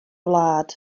wlad